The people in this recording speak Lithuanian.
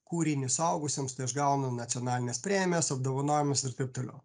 kūrinį suaugusiems tai aš gaunu nacionalines premijas apdovanojimus ir taip toliau